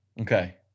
Okay